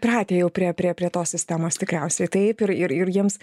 pratę jau pr ie prie prie tos sistemos tikriausiai taip ir ir jiems